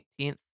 18th